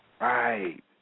Right